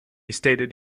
stated